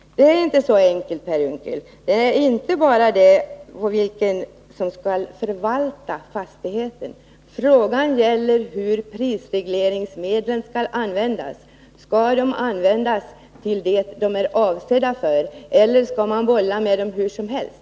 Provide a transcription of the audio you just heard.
Det är inte så enkelt, Per Unckel. Frågan gäller inte bara vem som skall förvalta fastigheten. Här gäller det också hur prisregleringsmedlen skall användas. Skall de användas till det de är avsedda för eller skall man bolla med dem hur som helst?